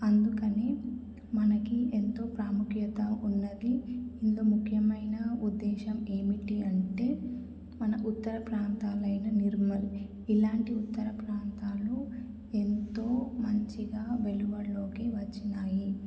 అందుకని మనకి ఎంతో ప్రాముఖ్యత ఉన్నది ఇందు ముఖ్యమైన ఉద్దేశం ఏమిటి అంటే మన ఉత్తర ప్రాంతాలైన నిర్మల్ ఇలాంటి ఉత్తర ప్రాంతాలు ఎంతో మంచిగా వెలువడిలోకి వచ్చినాయి